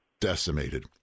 decimated